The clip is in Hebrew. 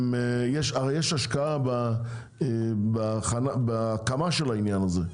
הרי יש השקעה בהקמה של העניין הזה.